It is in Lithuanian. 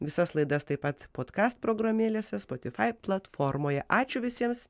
visas laidas taip pat podkast programėlėse spotifai platformoje ačiū visiems